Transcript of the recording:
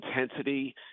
intensity